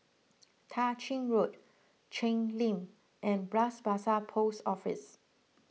Tah Ching Road Cheng Lim and Bras Basah Post Office